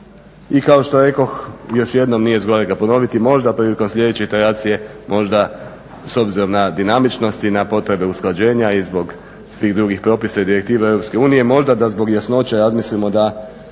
i kao što rekoh još jednom, nije zgorega ponoviti, možda prilikom sljedeće internacije, možda s obzirom na dinamičnost i na potrebe usklađenja i zbog svih drugih propisa i direktiva EU, možda da zbog jasnoće razmislimo da